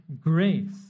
grace